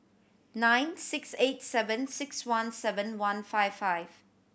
nine six eight seven six one seven one five five